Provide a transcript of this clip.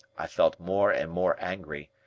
i felt more and more angry.